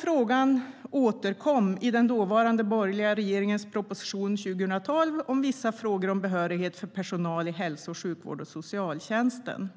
Frågan återkom i den dåvarande borgerliga regeringens proposition Vissa frågor om behörighet för personal i hälso och sjukvården och socialtjänsten år 2012.